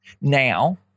now